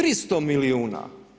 300 milijuna.